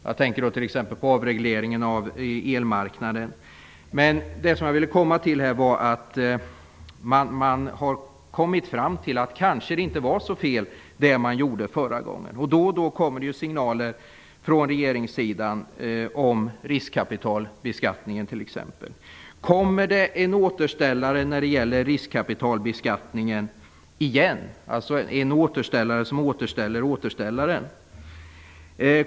Jag tänker då t.ex. på avregleringen av elmarknaden. Man har kommit fram till att det kanske inte var så fel det som gjordes under förra mandatperioden. Då och då kommer det signaler från regeringen om t.ex.riskkapitalbeskattningen. Kommer det en ny återställare när det gäller riskkapitalbeskattningen, dvs. en återställare som återställer återställaren?